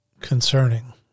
concerning